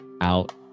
out